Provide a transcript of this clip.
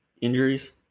injuries